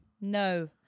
No